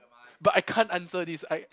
but I can't answer this I